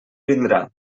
vindrà